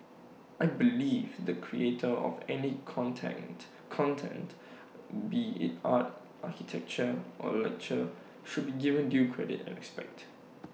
I believe the creator of any content content be IT art architecture or literature should be given due credit and respect